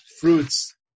fruits